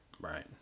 Right